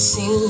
See